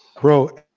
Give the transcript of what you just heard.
bro